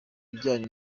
bijyanye